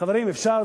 חברים, אפשר?